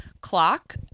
clock